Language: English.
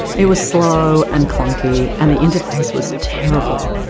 it was slow and clunky and the interface was terrible,